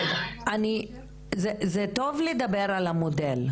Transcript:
זה טוב לדבר על המודל,